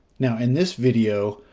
now, in this video,